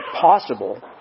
possible